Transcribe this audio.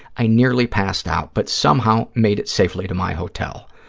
i nearly passed out but somehow made it safely to my hotel.